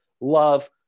love